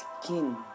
skin